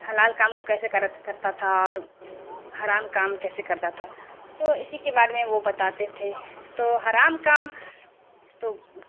حلال کام کو کیسے کر کرتا تھا اور حرام کام کیسے کرتا تھا تو اسی کے بارے میں وہ بتاتے تھے تو حرام کام تو